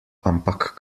ampak